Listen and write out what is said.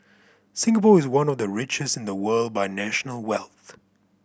Singapore is one of the richest in the world by national wealth